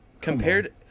Compared